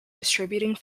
distributing